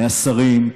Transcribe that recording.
מהשרים,